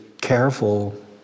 careful